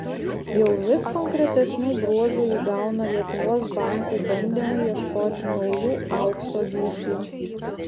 jau vis konkretesnių bruožų įgauna lietuvos bankų bandymai ieškoti naujų aukso gyslų